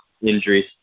injuries